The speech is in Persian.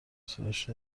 صداش